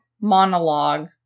monologue